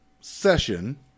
session